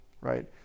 right